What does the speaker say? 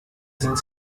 sind